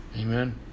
Amen